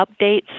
updates